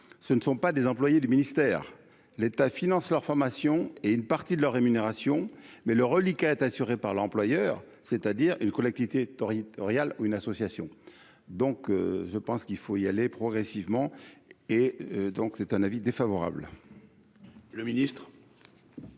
ce ne sont pas des employées du ministère, l'État finance leur formation et une partie de leur rémunération, mais le reliquat est assurée par l'employeur, c'est-à-dire une collectivité territoriale, une association, donc je pense qu'il faut y aller progressivement et donc c'est un avis défavorable. Le ministre.